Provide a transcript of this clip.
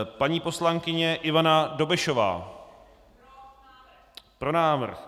Paní poslankyně Ivana Dobešová: Pro návrh.